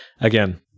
again